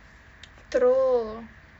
true